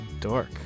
Dork